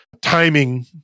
timing